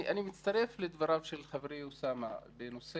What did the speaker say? אני מצטרף לדבריו של חברי אוסאמה בנושא